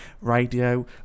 radio